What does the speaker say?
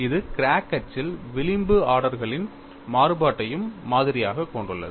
இது கிராக் அச்சில் விளிம்பு ஆர்டர்களின் மாறுபாட்டையும் மாதிரியாகக் கொண்டுள்ளது